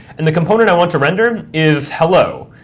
and the component i want to render is hello.